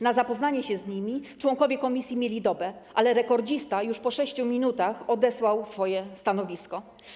Na zapoznanie się z nimi członkowie komisji mieli dobę, ale rekordzista już po 6 minutach odesłał swoje stanowisko.